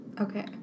Okay